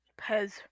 Pez